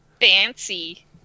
Fancy